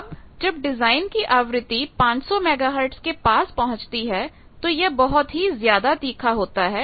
अब जब डिजाइन की आवृत्ति 500 मेगाहर्ट्ज के पास पहुंचती है तो यह बहुत ही ज्यादा तीखा होता है